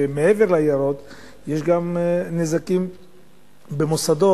ומעבר ליערות יש גם נזקים במוסדות,